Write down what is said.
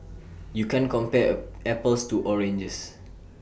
you can't compare apples to oranges